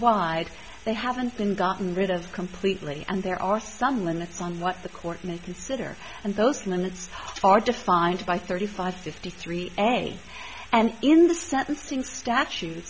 wide they haven't been gotten rid of completely and there are some limits on what the court may consider and those limits are defined by thirty five fifty three and and in the sentencing statutes